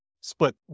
split